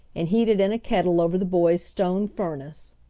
and heated in a kettle over the boys' stone furnace.